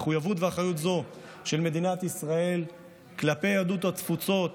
המחויבות והאחריות של מדינת ישראל כלפי יהדות התפוצות